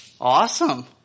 Awesome